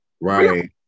Right